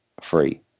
free